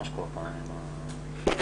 קוראים לי דנה, אני עורכת דין.